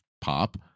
pop